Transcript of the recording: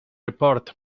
report